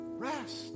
rest